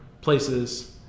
places